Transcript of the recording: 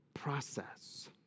process